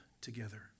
together